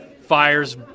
Fires